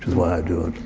is why i do it.